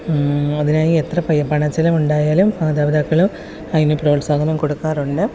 അതിനായി എത്ര പണം ചിലവ് ഉണ്ടായാലും മാതാപിതാക്കളും അതിന് പ്രോത്സാഹനം കൊടുക്കാറുണ്ട്